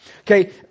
Okay